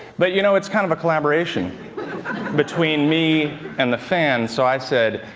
but you know, it's kind of a collaboration between me and the fans, so i said,